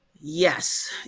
Yes